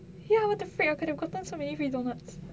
ya what the freak I could have gotten so many free doughnut